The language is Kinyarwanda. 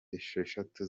esheshatu